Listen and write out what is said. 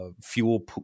fuel